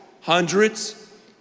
hundreds